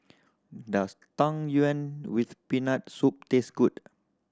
does Tang Yuen with Peanut Soup taste good